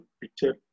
picture